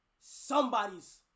somebody's